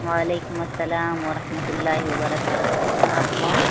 وعلیکم السّلام ورحمۃ اللہ وبرکاتہ آپ کون